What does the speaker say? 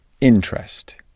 Interest